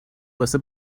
واسه